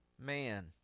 man